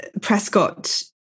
Prescott